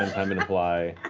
um and apply.